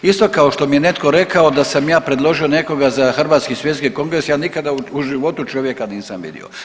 Isto kao što mi je netko rekao da sam ja predložio nekoga za Hrvatski svjetski kongres, ja nikada u životu čovjeka nisam vidio.